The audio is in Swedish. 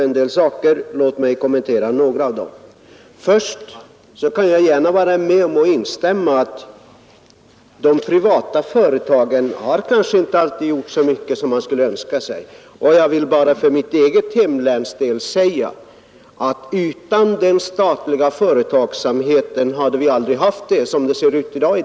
Låt mig sedan kommentera några av de frågor som fru Hörnlund tog upp! Jag kan gärna instämma i att de privata företagen kanske inte alltid har gjort så mycket som man skulle önska. Utan den statliga företagsamheten skulle mitt eget hemlän inte ha sett ut som det ser ut i dag.